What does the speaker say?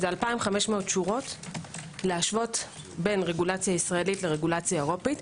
2,500 שורות להשוות בין רגולציה ישראלית לאירופית.